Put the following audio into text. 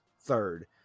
third